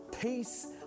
peace